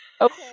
Okay